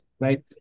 right